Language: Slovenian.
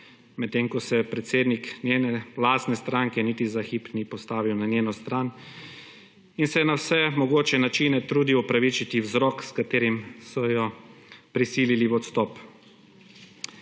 medtem ko se predsednik njene lastne stranke niti za hip ni postavil na njeno strani in se je na vse mogoče načine trudil opravičiti vzrok, s katero so jo prisili v odstop.